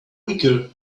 weaker